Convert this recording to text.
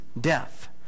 death